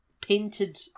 painted